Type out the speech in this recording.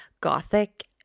gothic